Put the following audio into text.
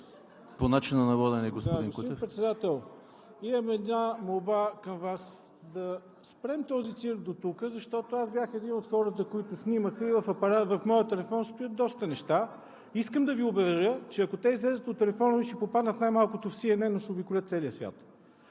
По начина на водене, господин Кутев. АНТОН КУТЕВ: Да. Господин Председател, имам една молба към Вас, да спрем този цирк дотук, защото аз бях един от хората, които снимаха, и в моя телефон стоят доста неща. Искам да Ви уверя, че ако те излязат от телефона ми, ще попаднат най-малкото в CNN, но ще обиколят целия свят.